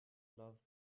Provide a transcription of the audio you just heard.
love